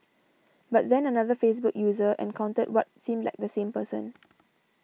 but then another Facebook user encountered what seemed like the same person